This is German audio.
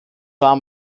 war